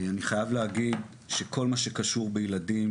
אני חייב להגיד שכל מה שקשור בילדים